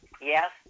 Yes